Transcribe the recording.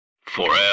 Forever